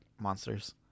monsters